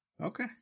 Okay